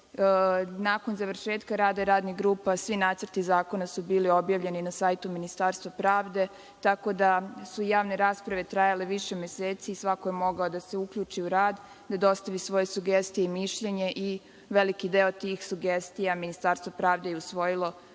Nakon završetka rada radnih grupa svi nacrti zakona su bili objavljeni na sajtu Ministarstva pravde, tako da su javne rasprave trajale više meseci i svako je mogao da se uključi u rad, da dostavi svoje sugestije i mišljenje i veliki deo tih sugestija Ministarstvo pravde je usvojilo prilikom